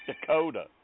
Dakota